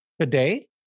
Today